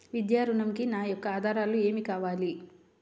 విద్యా ఋణంకి నా యొక్క ఆధారాలు ఏమి కావాలి?